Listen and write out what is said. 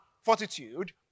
fortitude